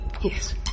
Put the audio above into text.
yes